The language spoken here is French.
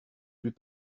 plus